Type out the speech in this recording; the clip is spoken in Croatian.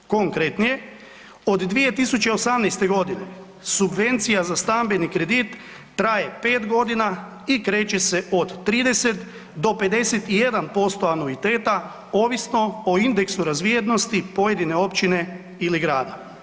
Konkretnije, od 2018.g. subvencija za stambeni kredit traje 5.g. i kreće se od 30 do 51% anuiteta ovisno o indeksu razvijenosti pojedine općine ili grada.